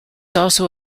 also